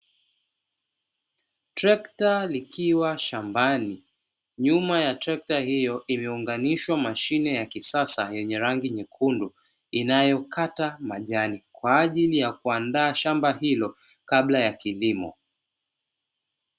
Trekta likiwa shambani ,nyuma ya trekta hiyo imeunganishwa mashine ya kisasa yenye rangi nyekundu, inayokata majani kwaajili ya kuandaa shamba hilo kabla ya kilimo.